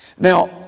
Now